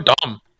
dumb